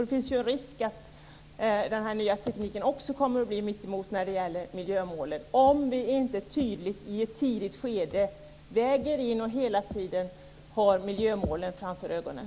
Det finns en risk att den nya tekniken också kommer att bli tvärtemot när det gäller miljömålen om vi inte tydligt i ett tidigt skede väger in och hela tiden har miljömålen framför ögonen.